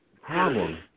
Problem